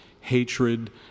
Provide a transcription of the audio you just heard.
hatred